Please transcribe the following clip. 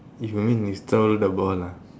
if you mean we stole the ball ah